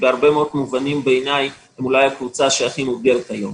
בהרבה מאוד מובנים בעיניי הם אולי הקבוצה שהכי מאותגרת היום,